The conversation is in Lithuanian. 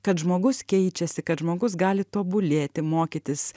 kad žmogus keičiasi kad žmogus gali tobulėti mokytis